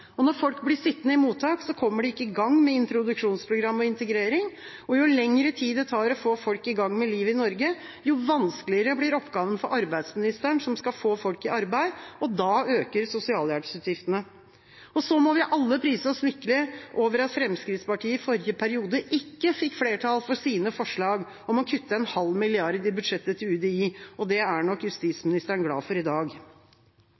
mottak. Når folk blir sittende i mottak, kommer de ikke i gang med introduksjonsprogram og integrering. Og jo lengre tid det tar å få folk i gang med livet i Norge, jo vanskeligere blir oppgaven for arbeidsministeren som skal få folk i arbeid, og da øker sosialhjelpsutgiftene. Så må vi alle prise oss lykkelige over at Fremskrittspartiet i forrige periode ikke fikk flertall for sine forslag om å kutte 0,5 mrd. kr i budsjettet til UDI. Det er nok justisministeren glad for i dag.